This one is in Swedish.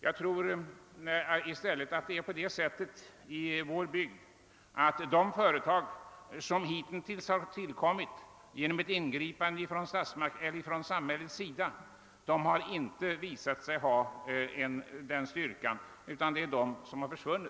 Enligt min mening är det i stället på det sättet i vår bygd, att de företag som hitintills har tillkommit genom ingripande från samhällets sida inte har visat sig ha tillräcklig styrka utan har måst försvinna.